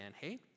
hey